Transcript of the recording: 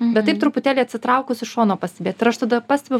bet taip truputėlį atsitraukus iš šono pastebėt ir aš tada pastebiu